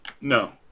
No